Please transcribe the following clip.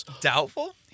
Doubtful